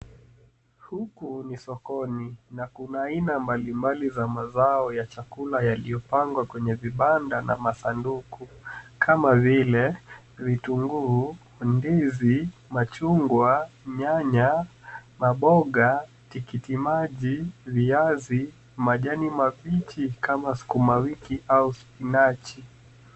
Huku ni sokoni na kuna aina mbalimbali za mazao ya chakula yaliyopangwa kwenye vibanda na masanduku kama vile vitunguu, ndizi, machungwa, nyanya, mamboga, tikiti maji ,viazi ,majani mabichi. kama sukuma wiki au mnati.